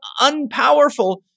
unpowerful